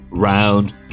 Round